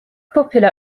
popular